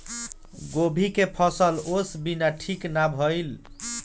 गोभी के फसल ओस बिना ठीक ना भइल